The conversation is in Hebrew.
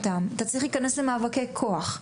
אלא אתה צריך להיכנס למאבקי כוח,